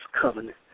covenant